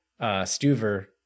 Stuver